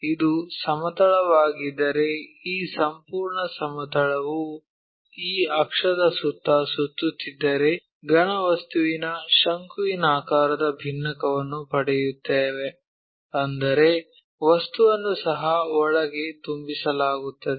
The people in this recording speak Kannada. ಇದು ಸಮತಲವಾಗಿದ್ದರೆ ಈ ಸಂಪೂರ್ಣ ಸಮತಲವು ಈ ಅಕ್ಷದ ಸುತ್ತ ಸುತ್ತುತ್ತಿದ್ದರೆ ಘನ ವಸ್ತುವಿನ ಶಂಕುವಿನಾಕಾರದ ಭಿನ್ನಕಯನ್ನು ಪಡೆಯುತ್ತೇವೆ ಅಂದರೆ ವಸ್ತುವನ್ನು ಸಹ ಒಳಗೆ ತುಂಬಿಸಲಾಗುತ್ತದೆ